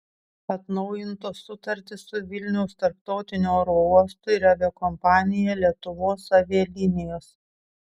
atnaujintos sutartys su vilniaus tarptautiniu oro uostu ir aviakompanija lietuvos avialinijos